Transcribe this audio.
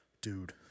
Dude